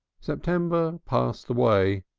september passed away,